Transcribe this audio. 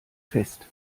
fest